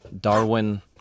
Darwin